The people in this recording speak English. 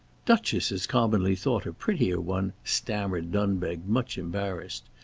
duchess is commonly thought a prettier one, stammered dunbeg, much embarrassed.